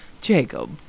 Jacob